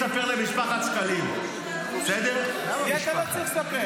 אני אספר למשפחת שקלים --- לי אתה לא צריך לספר.